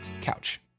Couch